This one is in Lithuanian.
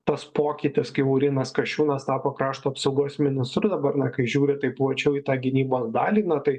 tas pokytis kai laurynas kasčiūnas tapo krašto apsaugos ministru dabar na kai žiūri tai plačiau į tą gynybos dalį na tai